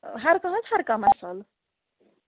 ہر کانٛہہ حظ ہر کانٛہہ مصالہٕ